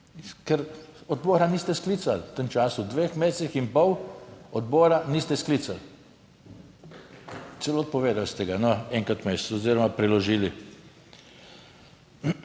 Ker odbora niste sklicali v tem času, v dveh mesecih in pol odbora niste sklicali. Celo odpovedali ste ga no, enkrat mesec oziroma preložili.